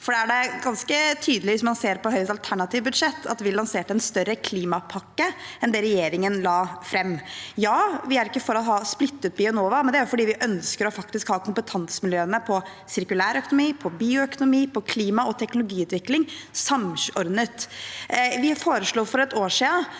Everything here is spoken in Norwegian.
er det ganske tydelig at vi lanserte en større klimapakke enn den regjeringen la fram. Vi er ikke for å ha et splittet Bionova, og det er fordi vi faktisk ønsker å ha kompetansemiljøene på sirkulærøkonomi, bioøkonomi og klima- og teknologiutvikling samordnet. Vi foreslo for et år siden